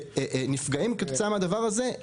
שנפגעים כתוצאה מהדבר הזה,